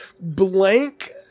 blank